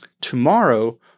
tomorrow